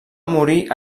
morir